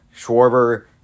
Schwarber